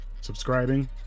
subscribing